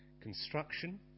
construction